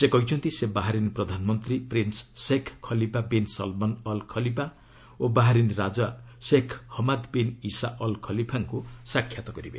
ସେ କହିଛନ୍ତି ସେ ବାହାରିନ୍ ପ୍ରଧାନମନ୍ତ୍ରୀ prince Sheikh Khalifa bin Salman Al Khalifa ଓ ବାହାରିନ ରାଜା Sheikh Hamad bin Isa Al ଖଲିପାଙ୍କ ସାକ୍ଷାତ କରିବେ